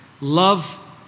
Love